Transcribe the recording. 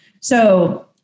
So-